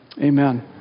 Amen